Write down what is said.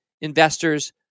investors